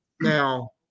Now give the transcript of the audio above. Now